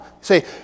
Say